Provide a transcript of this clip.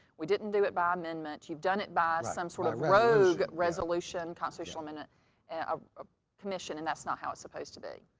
we didn't do it by amendments, you've done it by some sort of rogue resolution constitutional amendment and of ah commission and that's not how it's supposed to be.